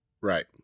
Right